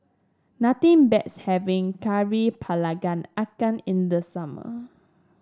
nothing beats having kari ikan in the summer